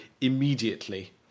immediately